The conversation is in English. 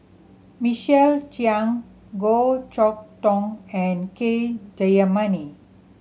Michael Chiang Goh Chok Tong and K Jayamani